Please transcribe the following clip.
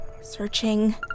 Searching